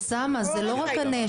אוסאמה, זה לא רק הנשק.